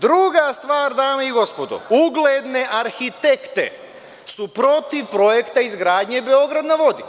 Druga stvar, dame i gospodo, ugledne arhitekte su protiv projekta izgradnje „Beograd na vodi“